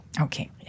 Okay